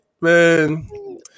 man